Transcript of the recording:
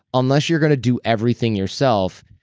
unless you're going to do everything yourself,